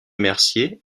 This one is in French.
mercier